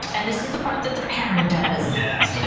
and this is the part that the parent does. yes.